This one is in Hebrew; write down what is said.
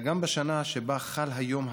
רים להצעת החוק הבאה.